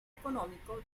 económico